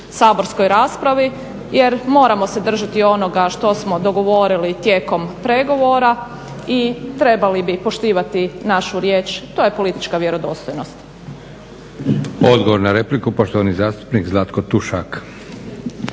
saborskoj raspravi jer moramo se držati onoga što smo dogovorili tijekom pregovora i trebali bi poštivati našu riječ, to je politička vjerodostojnost.